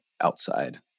outside